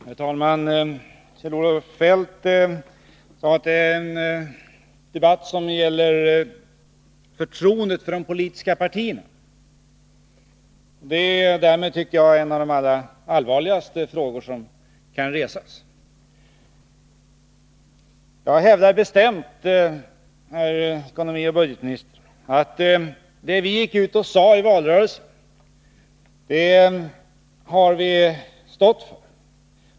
Herr talman! Kjell-Olof Feldt sade att det här är en debatt som gäller förtroendet för de politiska partierna. Det är, tycker jag, en av de allra allvarligaste frågor som kan resas. Jag hävdar bestämt, herr ekonomioch budgetminister, att vi har stått för det vi gick ut med i valrörelsen.